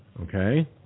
Okay